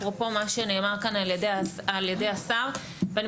אפרופו מה שנאמר כאן על ידי השר ואני